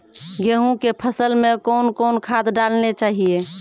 गेहूँ के फसल मे कौन कौन खाद डालने चाहिए?